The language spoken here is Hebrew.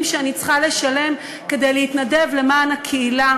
שאני צריכה לשלם כדי להתנדב למען הקהילה,